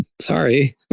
Sorry